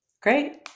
great